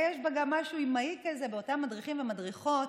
יש גם משהו אימהי כזה באותם מדריכים ומדריכות,